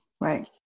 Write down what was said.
Right